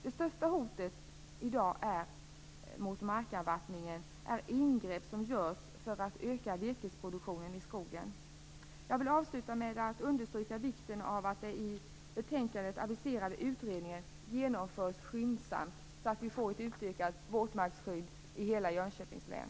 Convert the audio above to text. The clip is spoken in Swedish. Det största hotet i dag är markavvattning, ett ingrepp som främst görs för att öka virkesproduktionen i skogen. Jag vill avsluta med att understryka vikten av att den i betänkandet aviserade utredningen genomförs skyndsamt, så att vi får ett utökat våtmarksskydd i hela Jönköpings län.